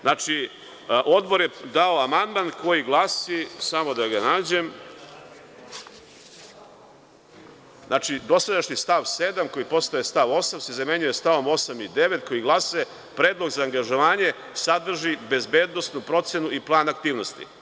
Znači, Odbor je dao amandman koji glasi, znači: „Dosadašnji stav 7. koji postaje stav 8., se zamenjuje stavom 8. i 9. koji glase – predlog za anagažovanje sadrži bezbednosnu procenu i plan aktivnosti.